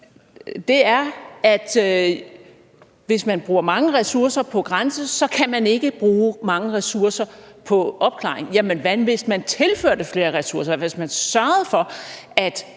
er, at hvis man bruger mange ressourcer på grænsekontrol, kan man ikke bruge mange ressourcer på opklaring. Jamen hvad hvis man tilførte flere ressourcer, hvis man sørgede for, at